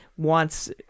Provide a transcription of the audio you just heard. wants